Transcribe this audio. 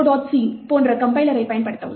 c போன்ற கம்பைலரைப் பயன்படுத்தவும்